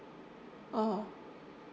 oh